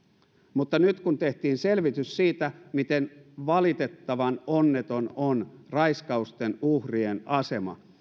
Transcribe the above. mutta nyt kun tehtiin selvitys siitä miten valitettavan onneton on raiskausten uhrien asema